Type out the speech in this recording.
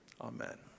Amen